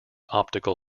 optical